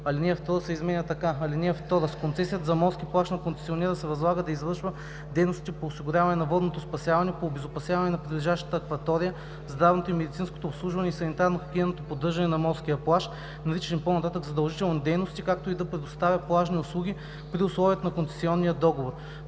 алинея 2 се изменя така: „(2) С концесията за морски плаж на концесионера се възлага да извършва дейностите по осигуряване на водното спасяване, по обезопасяване на прилежащата акватория, здравното и медицинското обслужване и санитарно-хигиенното поддържане на морския плаж, наричани по-нататък „задължителни дейности“, както и да предоставя плажни услуги при условията на концесионния договор.